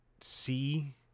see